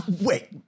Wait